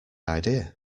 idea